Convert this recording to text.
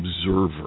observer